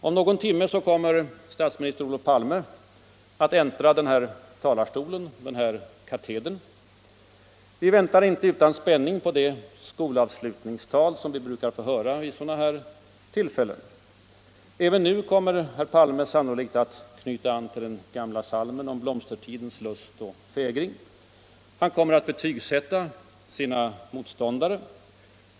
Om någon timme kommer statsminister Olof Palme att äntra den här talarstolen — den här katedern. Vi väntar inte utan spänning på det skolavslutningstal som vi brukar få höra vid sådana här tillfällen. Även nu kommer herr Palme sannolikt att knyta an till den gamla psalmen om blomstertidens lust och fägring. Han kommer att betygsätta sina motståndare.